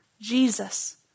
Jesus